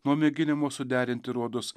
nuo mėginimo suderinti rodos